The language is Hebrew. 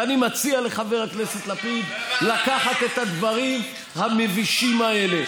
ואני מציע לחבר הכנסת לפיד לקחת את הדברים המבישים האלה,